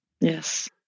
yes